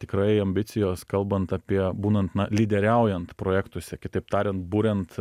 tikrai ambicijos kalbant apie būnant na lyderiaujant projektuose kitaip tariant buriant